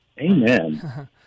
Amen